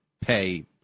pay